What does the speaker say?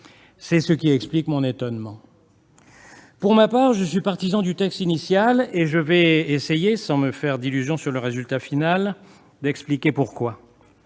Vous comprenez mon étonnement ... Pour ma part je suis partisan du texte initial, et je vais essayer, sans me faire d'illusion sur le résultat final, d'en expliquer les